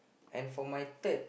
and for my third